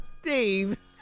Steve